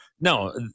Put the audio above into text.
no